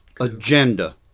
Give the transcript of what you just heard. agenda